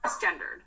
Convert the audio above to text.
gendered